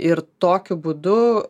ir tokiu būdu